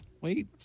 wait